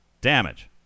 Damage